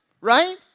right